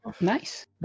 Nice